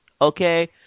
Okay